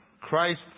Christ